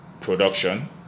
production